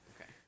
okay